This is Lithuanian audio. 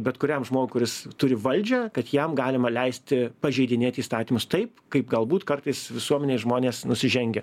bet kuriam žmogui kuris turi valdžią kad jam galima leisti pažeidinėti įstatymus taip kaip galbūt kartais visuomenėj žmonės nusižengia